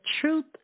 truth